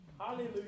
Hallelujah